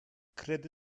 kredi